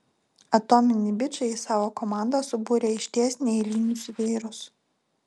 atominiai bičai į savo komandą subūrė išties neeilinius vyrus